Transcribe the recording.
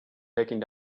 taking